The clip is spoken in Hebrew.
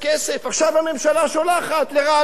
עכשיו הממשלה שולחת לרעננה,